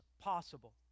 possible